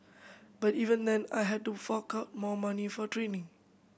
but even then I had to fork out more money for training